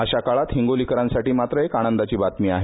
अशा काळात हिंगोलीकरांसाठी मात्र एक आनंदाची बातमी आहे